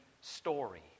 story